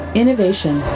innovation